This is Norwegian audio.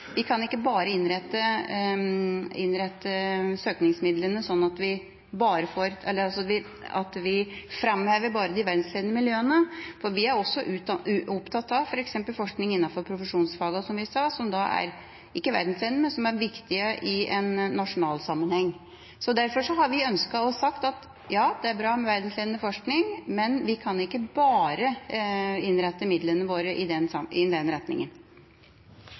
bare kan framheve de verdensledende miljøene. Vi er også opptatt av f.eks. forskning innenfor profesjonsfagene – som vi sa – som ikke er verdensledende, men viktige i en nasjonal sammenheng. Derfor har vi ønsket og sagt at ja, det er bra med verdensledende forskning, men vi kan ikke bare innrette midlene våre i den retningen.